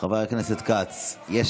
חבר הכנסת כץ, יש